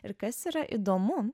ir kas yra įdomu